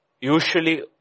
usually